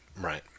Right